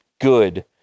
good